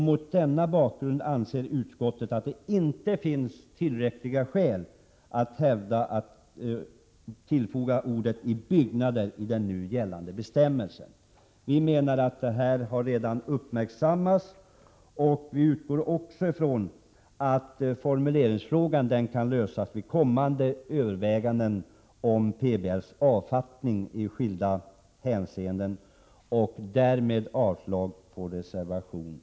Mot denna bakgrund anser utskottet att det inte finns tillräckliga skäl för att tillfoga orden ”i byggnader” i den nu gällande bestämmelsen. Vi menar att detta redan har uppmärksammats. Vi utgår också från att frågan om formulering kan lösas vid kommande överväganden beträffande PBL:s avfattning i skilda hänseenden. Därmed yrkar jag avslag på reservation 10.